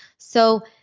so,